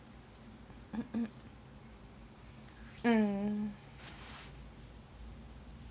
um